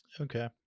okay